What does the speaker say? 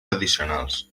addicionals